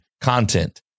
content